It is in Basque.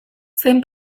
zein